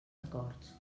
acords